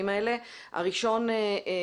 ראשון הדוברים,